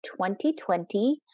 2020